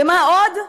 במה עוד?